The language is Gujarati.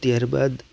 ત્યારબાદ